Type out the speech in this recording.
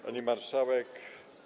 Pani Marszałek!